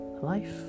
life